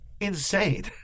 insane